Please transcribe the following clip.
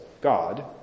God